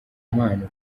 impano